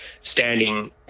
standing